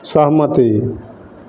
सहमति